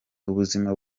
ubuzima